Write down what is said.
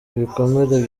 ibikomere